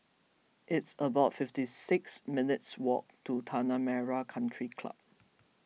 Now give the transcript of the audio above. it's about fifty six minutes' walk to Tanah Merah Country Club